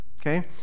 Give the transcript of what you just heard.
okay